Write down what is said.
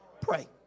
pray